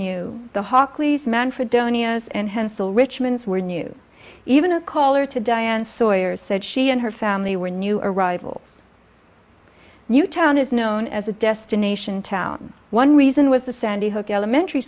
hensel richmond's were new even a caller to diane sawyer said she and her family were new arrivals new town is known as a destination town one reason was the sandy hook elementary